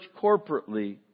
corporately